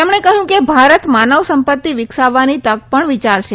તેમણે કહ્યું કે ભારત માનવસંપત્તિ વિકસાવવાની તક પણ વિયારશે